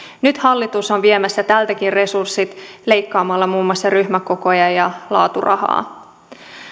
nyt hallitus on viemässä tältäkin resurssit leikkaamalla muun muassa ryhmäkokoja ja laaturahaa